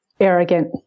arrogant